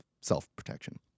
self-protection